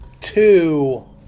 two